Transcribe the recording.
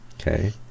okay